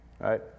right